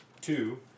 Two